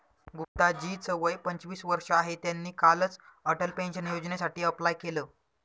गुप्ता जी च वय पंचवीस वर्ष आहे, त्यांनी कालच अटल पेन्शन योजनेसाठी अप्लाय केलं